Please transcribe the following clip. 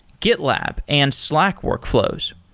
gitlab and slack workflows.